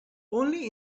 only